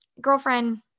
Girlfriend